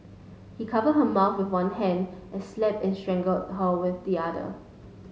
he cover her mouth with one hand and slapped and strangled her with the other